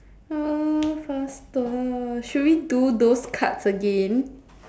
oh faster should we do those cards again